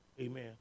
Amen